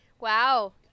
Wow